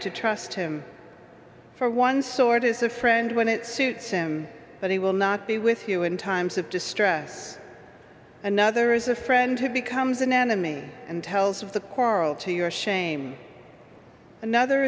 to trust him for one sword is a friend when it suits him but he will not be with you in times of distress another is a friend who becomes an enemy and tells of the coral to your shame another